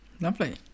lovely